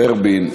ורבין,